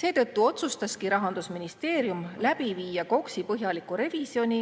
Seetõttu otsustaski Rahandusministeerium läbi viia KOKS‑i põhjaliku revisjoni,